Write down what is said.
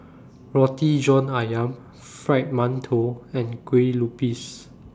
Roti John Ayam Fried mantou and Kueh Lupis